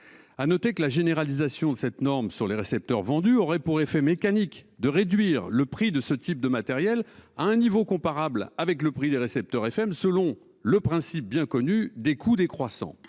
à la FM. La généralisation de cette norme sur les récepteurs vendus aurait pour effet mécanique de ramener le prix de ce type de matériel à un niveau comparable avec le prix des récepteurs FM, selon le principe bien connu des coûts décroissants.